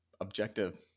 objective